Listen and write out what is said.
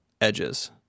edges